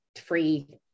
free